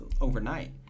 overnight